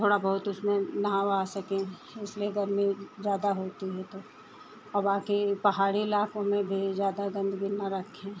थोड़ा बहुत उसमें नहा वहा सके उसमें गर्मी ज़्यादा होती है तो और बाकी पहाड़ी इलाकों में भी ज़्यादा गन्दगी न रखें